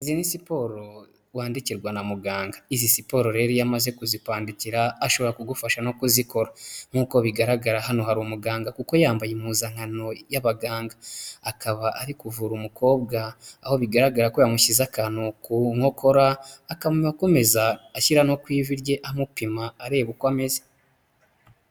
Izi ni siporo wandikirwa na muganga, izi siporo rero iyo ya amaze kuzikwandikira ashobora kugufasha no kuzikora, nk'uko bigaragara hano hari umuganga kuko yambaye impuzankano y'abaganga, akaba ari kuvura umukobwa aho bigaragara ko yamushyize akantu ku nkokora, akaba akomeza ashyira no ku ivi rye amupima areba uko ameze.